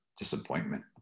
Disappointment